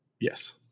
Yes